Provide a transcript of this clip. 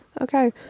Okay